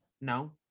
No